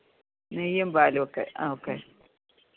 നെയ്യും പാലും ഒക്കെ ഓക്കെ